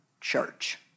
church